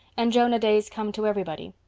and jonah days come to everybody.